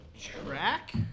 track